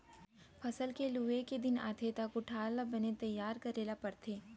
फसल के लूए के दिन आथे त कोठार ल बने तइयार करे ल परथे